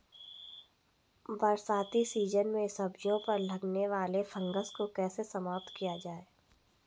बरसाती सीजन में सब्जियों पर लगने वाले फंगस को कैसे समाप्त किया जाए?